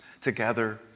together